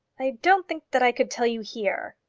i don't think that i could tell you here.